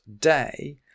day